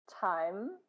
Time